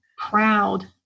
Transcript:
proud